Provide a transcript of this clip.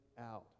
out